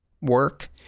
work